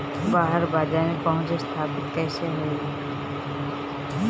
बाहर बाजार में पहुंच स्थापित कैसे होई?